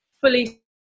fully